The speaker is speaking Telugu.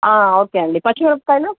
ఓకే అండీ పచ్చిమిరపకాయలు